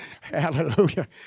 Hallelujah